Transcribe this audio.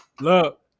look